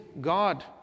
God